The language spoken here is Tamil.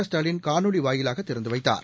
ஸ்டாலின் காணொலி வாயிலாக திறந்து வைத்தார்